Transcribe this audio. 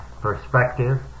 perspective